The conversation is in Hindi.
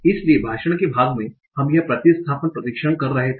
इसलिए भाषण के भाग में हम यह प्रतिस्थापन परीक्षण कर सकते थे